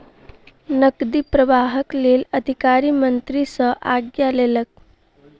नकदी प्रवाहक लेल अधिकारी मंत्री सॅ आज्ञा लेलक